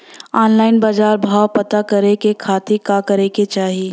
Online बाजार भाव पता करे के खाती का करे के चाही?